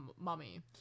mummy